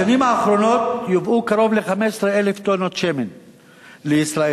בשנים האחרונות יובאו קרוב ל-15,000 טונות שמן לישראל,